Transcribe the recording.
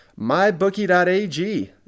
MyBookie.ag